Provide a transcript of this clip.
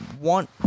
want